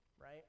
right